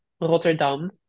Rotterdam